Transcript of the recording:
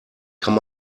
kann